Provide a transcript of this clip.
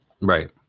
Right